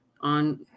on